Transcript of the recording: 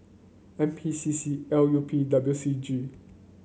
N P C C L U P W C G